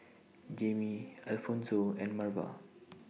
Jaimie Alphonso and Marva